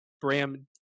Bram